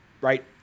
right